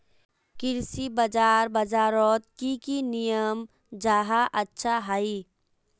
कृषि बाजार बजारोत की की नियम जाहा अच्छा हाई?